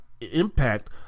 impact